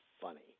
funny